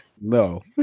No